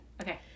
Okay